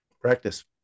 practice